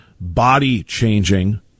body-changing